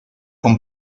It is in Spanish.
con